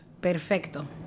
Perfecto